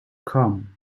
come